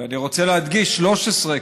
ואני רוצה להדגיש 13,